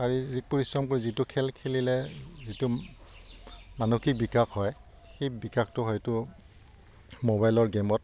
শাৰীৰিক পৰিশ্ৰম কৰি যিটো খেল খেলিলে যিটো মানসিক বিকাশ হয় সেই বিকাশটো হয়তো মোবাইলৰ গে'মত